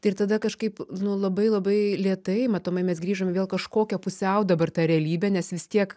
tai ir tada kažkaip nu labai labai lėtai matomai mes grįžom vėl į kažkokią pusiau dabar ta realybę nes vis tiek